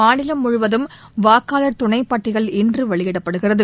மாநிலம் முழுவதும் வாக்காளர் துணைப்பட்டியல் இன்று வெளியிடப்படுகிறது